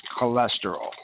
cholesterol